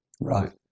Right